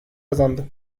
kazandı